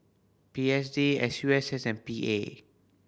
P S D S U S S and P A